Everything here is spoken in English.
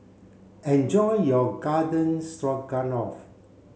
enjoy your Garden Stroganoff